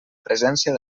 presència